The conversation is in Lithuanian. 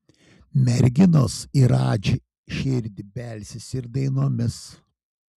merginos į radži širdį belsis ir dainomis